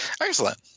Excellent